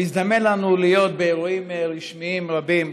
מזדמן לנו להיות באירועים רשמיים רבים,